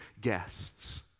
guests